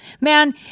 man